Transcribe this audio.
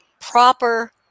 proper